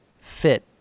fit